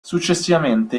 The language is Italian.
successivamente